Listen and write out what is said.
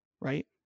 right